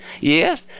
Yes